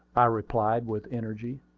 i replied with energy.